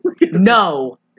no